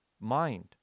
mind